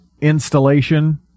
installation